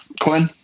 Quinn